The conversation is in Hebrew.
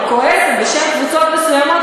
אבל כועסת בשם קבוצות מסוימות,